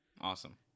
Awesome